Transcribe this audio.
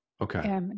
Okay